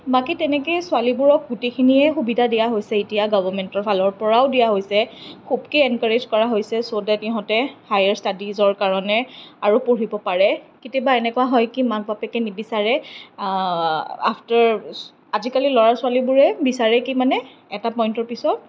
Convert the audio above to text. বাকী তেনেকে ছোৱালীবোৰক গোটেইখিনিয়ে সুবিধা দিয়া হৈছে এতিয়া গভৰ্মেন্টৰ ফালৰ পৰাও দিয়া হৈছে খুবকে এনকাৰেজ কৰা হৈছে ছ' ডেট ইহঁতে হায়াৰ ষ্টাডিজৰ কাৰণে আৰু পঢ়িব পাৰে কেতিয়াবা এনেকুৱা হয় কি মাক বাপেকে নিবিচাৰে আফতাৰ আজিকালি ল'ৰা ছোৱালীবোৰে বিচাৰে কি মানে এটা পইণ্টৰ পিছত